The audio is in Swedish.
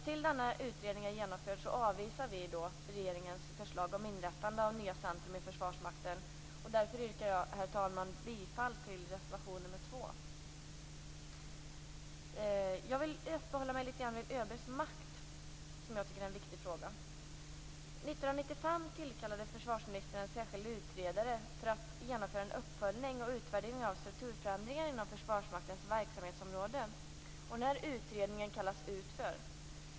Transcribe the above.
Tills denna utredning genomförts avvisar vi regeringens förslag om inrättande av nya centrum i Försvarsmakten. Därför, herr talman, yrkar jag bifall till reservation nr 2. Jag vill uppehålla mig litet vid ÖB:s makt, som jag tycker är en viktig fråga. År 1995 tillkallade försvarsministern en särskild utredare för att genomföra en uppföljning och en utvärdering av strukturförändringar inom Försvarsmaktens verksamhetsområde. Utredningen kallades UTFÖR.